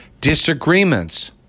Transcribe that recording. disagreements